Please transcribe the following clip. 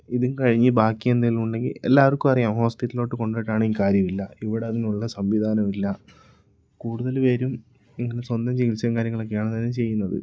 ഇതും കഴിഞ്ഞ് ബാക്കി എന്തേലും ഉണ്ടെങ്കിൽ എല്ലാവർക്കും അറിയാം ഹോസ്പിറ്റലിലോട്ട് കൊണ്ടുപോയിട്ടാണേൽ കാര്യമില്ല ഇവിടെ അതിനുള്ള സംവിധാനം ഇല്ല കൂടുതല് പേരും ഇങ്ങനെ സ്വന്തം ചികിത്സയും കാര്യങ്ങളൊക്കെയാണ് തന്നെ ചെയ്യുന്നത്